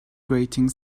grating